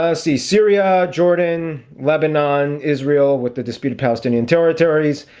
ah see syria jordan lebanon israel with the disputed palestinian territories